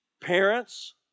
Parents